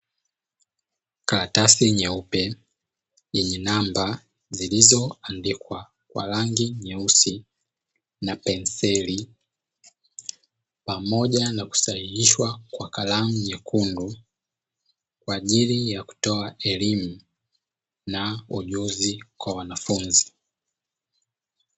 Karatasi nyeupe yenye namba zilizoandikwa kwa rangi nyeusi na penseli, pamoja na kusahihishwa kwa kalamu nyekundu kwa ajili ya kutoa elimu na ujuzi kwa wanafunzi.